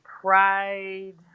pride